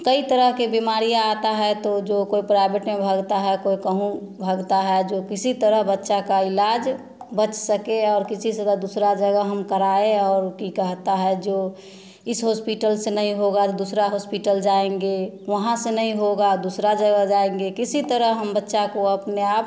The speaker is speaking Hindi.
कई तरह के बीमारियाँ आता है तो जो कोई प्राइवेट में भागता है कोई कहीं भागता है जो किसी तरह बच्चा का इलाज बच सके और किसी से अगर दूसरा जगह हम कराए और कि कहता है जो इस हॉस्पिटल से नहीं होगा तो दूसरा हॉस्पिटल जाएँगे वहाँ से नहीं होगा दूसरा जगह जाएँगे किसी किसी तरह हम बच्चा को अपने आप